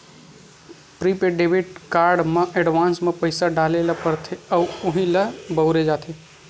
prepaid debit card म advance म पइसा डारे ल परथे अउ उहीं ल बउरे जाथे